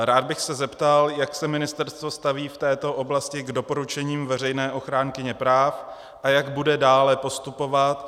Rád bych se zeptal, jak se ministerstvo staví v této oblasti k doporučením veřejné ochránkyně práv a jak bude dále postupovat.